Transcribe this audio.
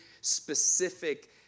specific